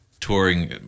touring